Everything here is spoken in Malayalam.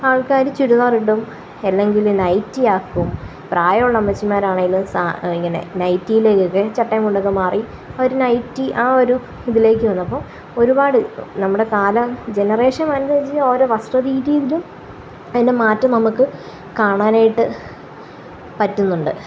ആള്ക്കാര് ചുരിദാറിടും അല്ലെങ്കില് നൈറ്റിയാക്കും പ്രായമുള്ള അമ്മച്ചിമാരാണേല് ഇങ്ങനെ നൈറ്റിയിലൊക്കെ ചട്ടയും മുണ്ടൊക്കെ മാറി അവര് നൈറ്റി ആ ഒരു ഇതിലേക്ക് വന്നപ്പോള് ഒരുപാട് നമ്മുടെ കാലം ജനറേഷന് മാറുന്നതനുസരിച്ച് അവരുടെ വസ്ത്രരീതിയിലും അതിന്റെ മാറ്റം നമുക്ക് കാണാനായിട്ട് പറ്റുന്നുണ്ട്